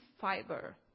fiber